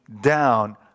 down